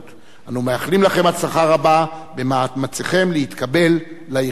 אנו מאחלים לכם הצלחה רבה במאמציכם להתקבל לאיחוד האירופי.